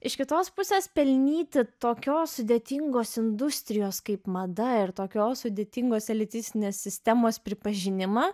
iš kitos pusės pelnyti tokios sudėtingos industrijos kaip mada ir tokios sudėtingos elitistinės sistemos pripažinimą